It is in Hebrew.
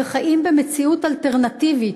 וחיים במציאות אלטרנטיבית.